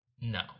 no